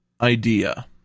idea